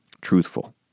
truthful